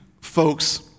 folks